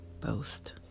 boast